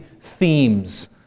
themes